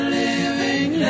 living